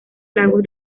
lagos